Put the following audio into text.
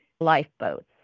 lifeboats